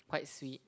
quite sweet